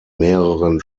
mehreren